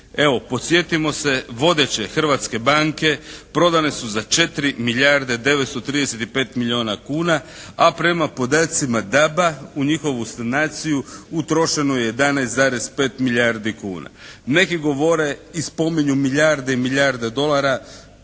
Evo podsjetimo se vodeće hrvatske banke prodane su za 4 milijarde 935 milijuna kuna, a prema podacima DAB-a u njihovu sanaciju utrošeno je 11,5 milijardi kuna. Neki govore i spominju milijarde i milijarde dolara.